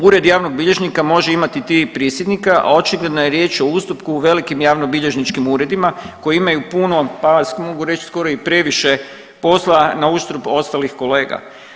Ured javnog bilježnika može imati tri prisjednika, a očigledno je riječ o ustupku velikim javnobilježničkim uredima koji imaju puno pa mogu reći skoro i previše posla na uštrb ostalih kolega.